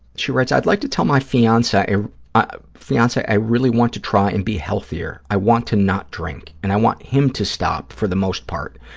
she writes, i'd like to tell my fiance ah fiance i really want to try and be healthier. i want to not drink, and i want him to stop for the most part.